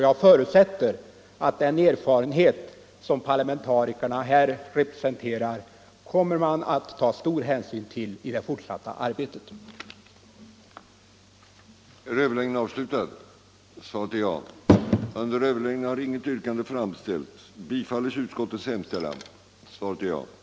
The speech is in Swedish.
Jag förutsätter att man i det fortsatta arbetet kommer att ta stor hänsyn till den erfarenhet som parlamentarikerna här repre